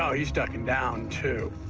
he's ducking down, too.